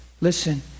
Listen